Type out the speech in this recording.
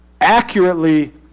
accurately